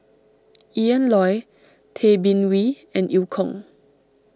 Ian Loy Tay Bin Wee and Eu Kong